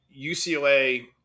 UCLA